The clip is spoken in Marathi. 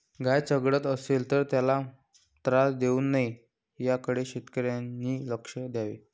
गाय चघळत असेल तर त्याला त्रास देऊ नये याकडे शेतकऱ्यांनी लक्ष द्यावे